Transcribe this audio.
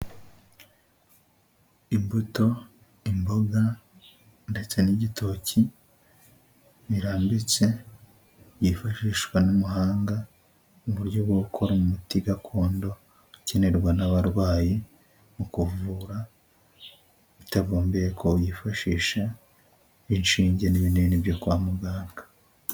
Imbuto, imboga, ndetse n'igitoki, birarambitse, byifashishwa n'umuhanga mu buryo bwo gukora umuti gakondo, ukenerwa n'abarwayi, mu kuvura, bitagombeye ko yifashisha inshinge n'ibinini byo kwa muganga.